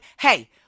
hey